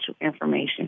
information